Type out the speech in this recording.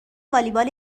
والیبال